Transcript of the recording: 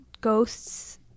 ghosts